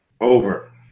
Over